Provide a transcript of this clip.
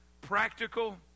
Practical